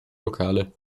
locale